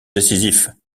décisif